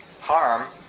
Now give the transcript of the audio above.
harm